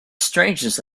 strangeness